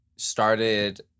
Started